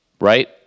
Right